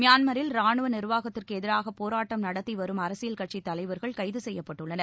மியான்மில் ரானுவ நிா்வாகத்திற்கு எதிராக போராட்டம் நடத்தி வரும் அரசியல் கட்சி தலைவர்கள் கைது செய்யப்பட்டுள்ளனர்